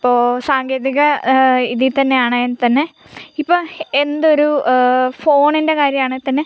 ഇപ്പോൾ സാങ്കേതിക ഇതിൽ തന്നെ ആണെങ്കിൽ തന്നെ ഇപ്പം എൻ്റെ ഒരു ഫോണിൻ്റെ കാര്യമാണെങ്കിൽ തന്നെ